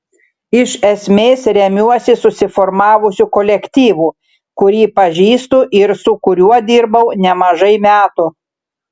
iš esmės remiuosi susiformavusiu kolektyvu kurį pažįstu ir su kuriuo dirbau nemažai metų